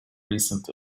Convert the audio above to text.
recent